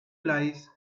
lies